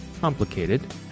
complicated